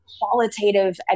qualitative